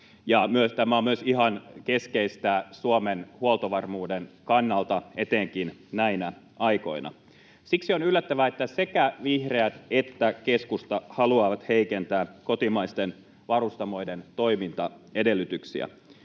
tämä on myös ihan keskeistä Suomen huoltovarmuuden kannalta etenkin näinä aikoina. Siksi on yllättävää, että sekä vihreät että keskusta haluavat heikentää kotimaisten varustamoiden toimintaedellytyksiä.